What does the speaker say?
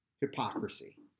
hypocrisy